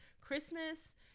christmas